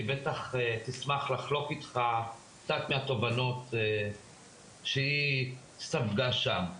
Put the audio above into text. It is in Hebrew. בכנסת והיא בטח תשמח לחלוק איתך קצת מהתובנות שהיא ספגה שם.